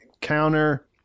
counter